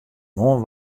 moarn